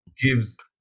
gives